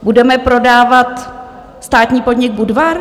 Budeme prodávat státní podnik Budvar?